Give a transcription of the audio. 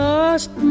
Lost